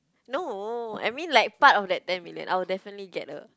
no I mean like part of that ten million I will definitely get a